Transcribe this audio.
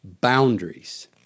boundaries